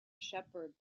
shepherd